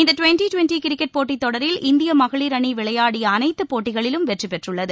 இந்த twenty twenty cricket போட்டி தொடரில் இந்திய மகளிர் அணி விளையாடிய அனைத்து போட்டிகளிலும் வெற்றி பெற்றுள்ளது